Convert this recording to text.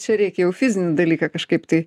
čia reikia jau fizinį dalyką kažkaip tai